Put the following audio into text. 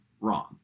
wrong